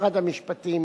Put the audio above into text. משרד המשפטים,